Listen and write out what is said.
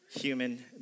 human